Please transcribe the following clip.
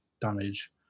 damage